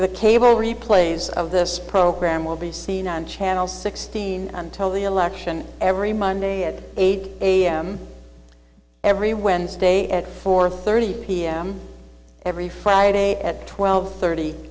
the cable replays of this program will be seen on channel sixteen until the election every monday at eight am every wednesday at four thirty pm every friday at twelve thirty